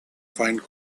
find